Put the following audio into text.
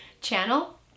channel